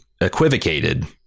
equivocated